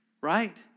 right